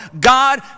God